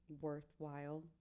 worthwhile